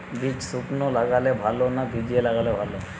বীজ শুকনো লাগালে ভালো না ভিজিয়ে লাগালে ভালো?